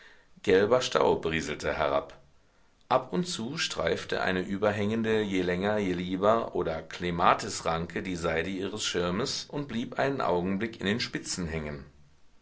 gelber staub rieselte herab ab und zu streifte eine überhängende jelänger jelieber oder klematis ranke die seide ihres schirmes und blieb einen augenblick in den spitzen hängen